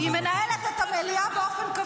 היא מנהלת את המליאה באופן קבוע.